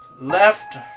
left